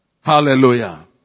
Hallelujah